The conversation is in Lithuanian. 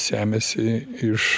semiasi iš